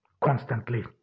constantly